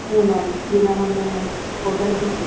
नहीं मैम जी मैम हम ने होटल के लिए